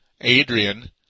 Adrian